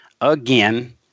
again